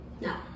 No